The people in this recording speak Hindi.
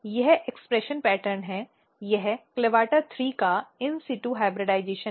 यह अभिव्यक्ति पैटर्न है यह CLAVATA3 का in situ संकरण है